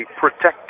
protected